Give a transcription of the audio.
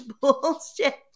bullshit